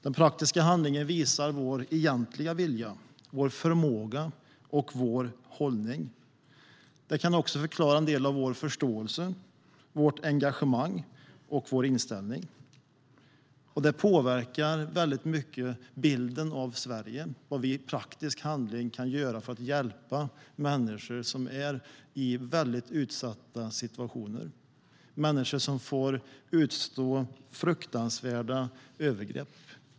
Den praktiska handlingen visar vår egentliga vilja, vår förmåga och vår hållning. Den kan också förklara en del av vår förståelse, vårt engagemang och vår inställning. Det påverkar i hög grad bilden av Sverige vad vi i praktisk handling kan göra för att hjälpa människor i utsatta situationer. Det är människor som får utstå fruktansvärda övergrepp.